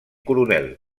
coronel